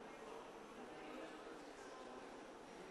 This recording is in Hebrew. חברי הכנסת יצחק כהן,